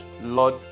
lord